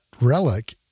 relic